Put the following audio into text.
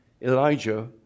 Elijah